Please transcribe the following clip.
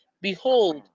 behold